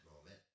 moment